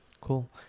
Cool